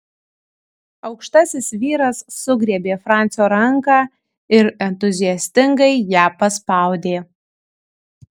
aukštasis vyras sugriebė francio ranką ir entuziastingai ją paspaudė